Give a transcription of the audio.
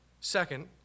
Second